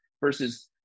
versus